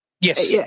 Yes